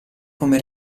come